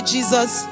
Jesus